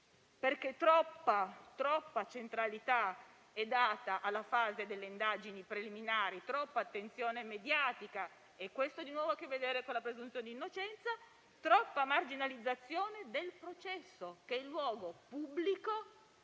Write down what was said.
Troppa centralità è data alla fase delle indagini preliminari, troppa attenzione mediatica, e questo ha di nuovo a che vedere con la presunzione di innocenza; troppa marginalizzazione del processo, che è il luogo pubblico